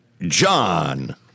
John